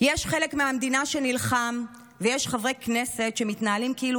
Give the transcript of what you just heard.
יש חלק מהמדינה שנלחם ויש חברי כנסת שמתנהלים כאילו